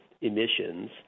emissions